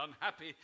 unhappy